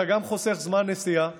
אתה גם חוסך זמן נסיעה,